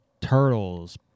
Turtles